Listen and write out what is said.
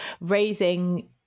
raising